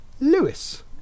Lewis